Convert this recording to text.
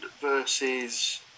versus